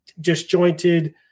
disjointed